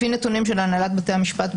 לפי נתונים של הנהלת בתי המשפט,